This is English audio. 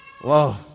Whoa